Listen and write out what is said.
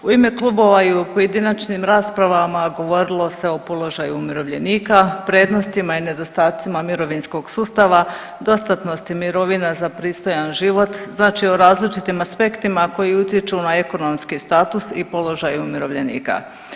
U ime klubova i u pojedinačnim raspravama govorilo se o položaju umirovljenika, prednostima i nedostacima mirovinskog sustava, dostatnosti mirovina za pristojan život, znači o različitim aspektima koji utječu na ekonomski status i položaj umirovljenika.